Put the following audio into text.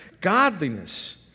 Godliness